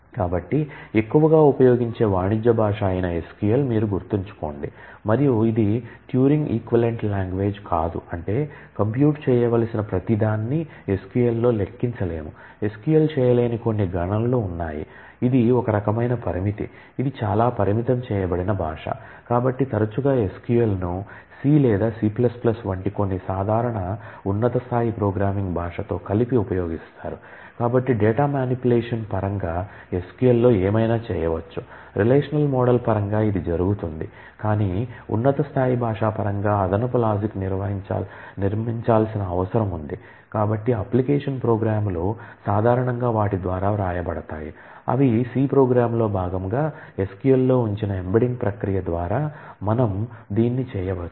కాబట్టి ఎక్కువగా ఉపయోగించే వాణిజ్య భాష అయిన SQL మీరు గుర్తుంచుకోండి మరియు ఇది ట్యూరింగ్ ఈక్వివలెంట్ లాంగ్వేజ్ లను ఉపయోగించవచ్చు